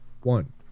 one